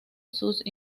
sus